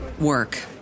work